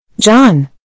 John